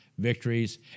victories